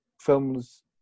films